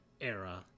era